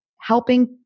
helping